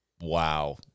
wow